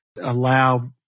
allow